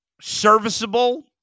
serviceable